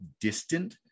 distant